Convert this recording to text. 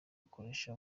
akoresha